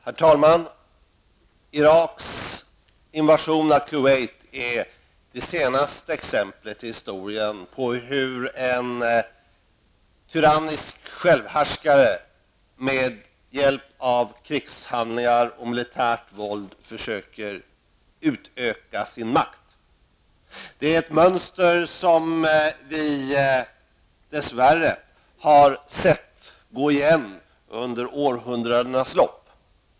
Herr talman! Iraks invasion av Kuwait är det senaste exemplet i historien på hur en tyrannisk självhärskare med hjälp av krigshandlingar och militärt våld försöker utöka sin makt. Det är ett mönster som vi dess värre har sett gå igen under århundradenas lopp.